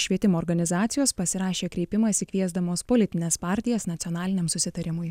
švietimo organizacijos pasirašė kreipimąsi kviesdamos politines partijas nacionaliniam susitarimui